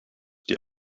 die